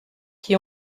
qui